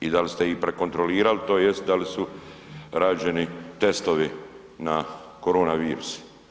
I da li ste ih prekontrolirali tj. da li su rađeni testovi na korona virus?